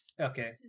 Okay